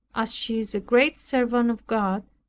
as she is a great servant of god,